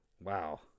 Wow